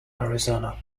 arizona